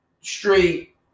straight